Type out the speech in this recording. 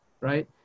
right